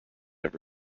ever